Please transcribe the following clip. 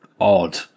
odd